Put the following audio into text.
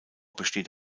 besteht